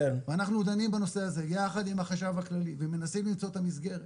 ואנחנו דנים בנושא הזה יחד עם החשב הכללי ומנסים למצוא את המסגרת.